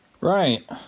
Right